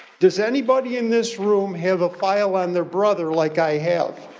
does anybody in this room have a file on their brother like i have?